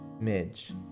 Midge